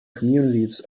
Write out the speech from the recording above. communities